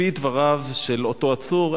לפי דבריו של אותו עצור,